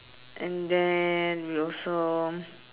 and then we also